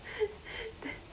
then